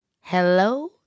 hello